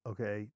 Okay